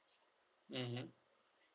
mmhmm